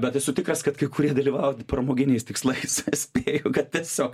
bet esu tikras kad kai kurie dalyvauja tik pramoginiais tikslais spėju kad tiesiog